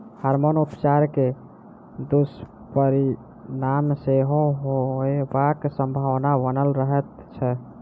hormone उपचार के दुष्परिणाम सेहो होयबाक संभावना बनल रहैत छै